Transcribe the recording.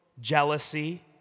jealousy